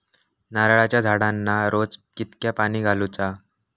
नारळाचा झाडांना रोज कितक्या पाणी घालुचा?